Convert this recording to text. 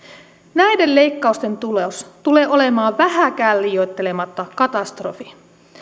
näiden leikkausten tulos tulee olemaan vähääkään liioittelematta katastrofi